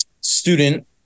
student